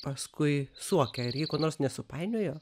paskui suokia ar ji ko nors nesupainiojo